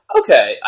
okay